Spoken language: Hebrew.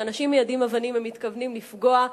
כשאנשים מיידים אבנים הם מתכוונים לפגוע,